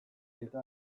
eta